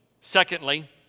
secondly